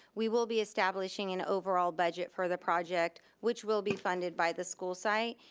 we will be establishing an overall budget for the project, which will be funded by the school site,